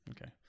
Okay